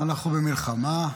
אנחנו במלחמה,